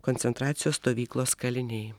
koncentracijos stovyklos kaliniai